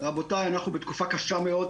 אנו בתקופה קשה מאוד.